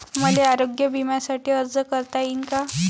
मले आरोग्य बिम्यासाठी अर्ज करता येईन का?